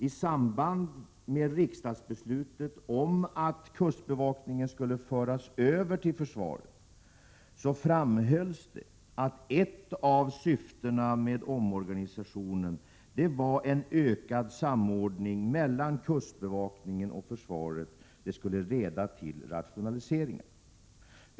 I samband med riksdagsbeslutet om att kustbevakningen skulle föras över till försvaret framhölls det att ett av syftena med omorganisationen var en ökad samordning mellan kustbevakningen och försvaret — det skulle leda till rationaliseringar.